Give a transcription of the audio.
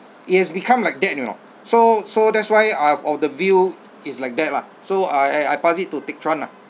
it has become like that you know so so that's why I'm of the view is like that lah so I I I pass it to take teck chuan lah